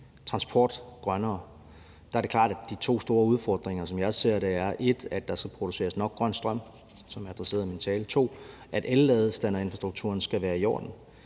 transport grønnere. Og der er det klart, at de to store udfordringer, som jeg ser det, er 1) at der skal produceres nok grøn strøm, som jeg adresserede det i min tale, og 2) at elladestanderinfrastrukturen skal være i orden.